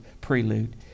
prelude